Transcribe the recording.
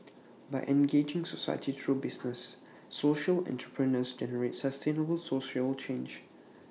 by engaging society through business social entrepreneurs generate sustainable social change